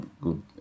good